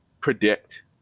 predict